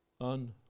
un-